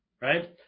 right